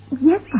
Yes